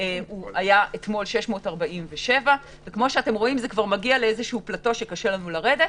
היה אתמול 647. זה מגיע למקום שקשה לנו לרדת,